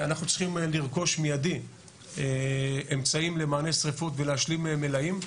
אנחנו צריכים לרכוש מיידי אמצעים למענה שריפות ולהשלים מלאים,